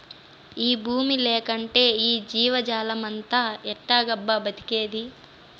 ఈ బూమి లేకంటే ఈ జీవజాలమంతా ఎట్టాగబ్బా బతికేది